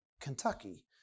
Kentucky